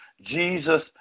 Jesus